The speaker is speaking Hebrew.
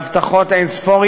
בהבטחות אין-ספור,